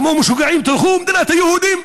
כמו משוגעים, תלכו: מדינת היהודים.